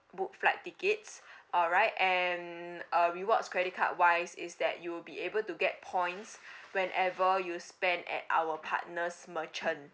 book flight tickets all right and uh rewards credit card wise is that you will be able to get points whenever you spend at our partners merchant